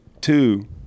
two